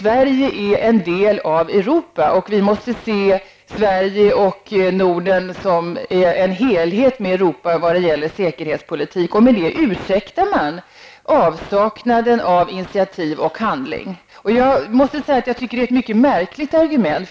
Sverige är en del av Europa och att vi måste se Sverige och Norden som en del av Europa vad gäller säkerhetspolitik. Med det ursäktar man avsaknaden av initiativ och handling. Jag måste säga att jag tycker att det är ett mycket märkligt argument.